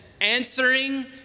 answering